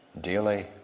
daily